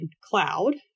cloud